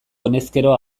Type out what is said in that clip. honezkero